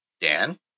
Dan